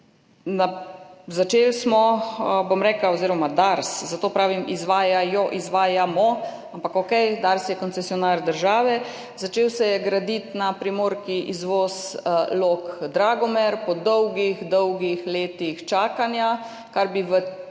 Začeli smo oziroma Dars, zato pravim izvajajo, izvajamo, ampak, okej, Dars je koncesionar države, začel se je graditi na primorki izvoz Log - Dragomer, po dolgih dolgih letih čakanja, kar bi v